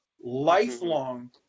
lifelong